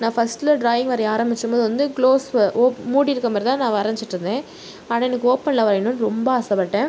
நான் ஃபஸ்ட்டில் ட்ராயிங் வரைய ஆரம்பிச்ச போது வந்து க்ளோஸில் மூடியிருக்க மாதிரி தான் நான் வரைஞ்சிட்டு இருந்தேன் ஆனால் எனக்கு ஓபன்னில் வரையணும்னு ரொம்ப ஆசைப்பட்டேன்